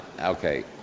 Okay